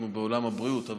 אנחנו בעולם הבריאות,